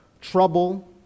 trouble